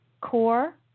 core